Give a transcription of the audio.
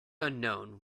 unknown